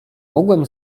mogłem